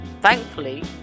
Thankfully